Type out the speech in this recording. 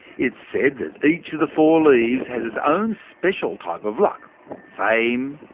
it's said that each of the four leaves has its own special type of luck fame,